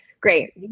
great